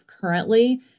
currently